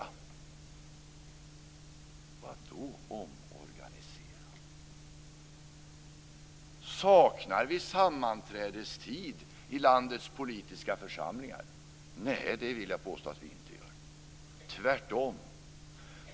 Vad då omorganisera? Saknar vi sammanträdestid i landets politiska församlingar? Nej, det vill jag påstå att vi inte gör - tvärtom.